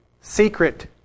secret